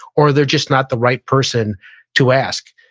or they're just not the right person to ask.